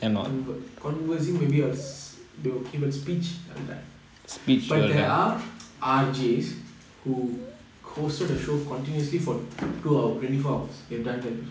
conversing maybe I will they give a speech I'll die but there are R_J who hosted the show continuously for two hour twenty four hours they have done that